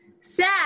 sad